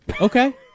Okay